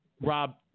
rob